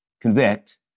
convict